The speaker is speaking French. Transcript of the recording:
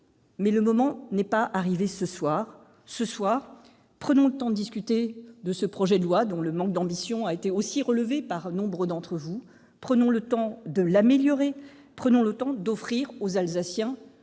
Mais ce n'est pas le sujet ce soir. Ce soir, prenons le temps de discuter de ce projet de loi dont le manque d'ambition a été relevé par nombre d'entre nous. Prenons le temps de l'améliorer. Prenons le temps d'offrir aux Alsaciens